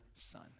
son